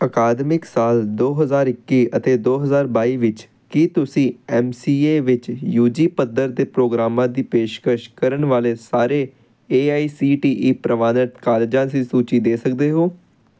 ਅਕਾਦਮਿਕ ਸਾਲ ਦੋ ਹਜ਼ਾਰ ਇੱਕੀ ਅਤੇ ਦੋ ਹਜ਼ਾਰ ਬਾਈ ਵਿੱਚ ਕੀ ਤੁਸੀਂ ਐੱਮ ਸੀ ਏ ਵਿੱਚ ਯੂ ਜੀ ਪੱਧਰ ਦੇ ਪ੍ਰੋਗਰਾਮਾਂ ਦੀ ਪੇਸ਼ਕਸ਼ ਕਰਨ ਵਾਲੇ ਸਾਰੇ A I C T E ਪ੍ਰਵਾਨਿਤ ਕਾਲਜਾਂ ਦੀ ਸੂਚੀ ਦੇ ਸਕਦੇ ਹੋ